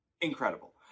Incredible